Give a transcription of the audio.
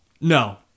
no